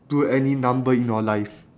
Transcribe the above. to any number in your life